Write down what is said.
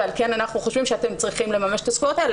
ועל כן אנחנו חושבים שאתם צריכים לממש את הזכויות האלה,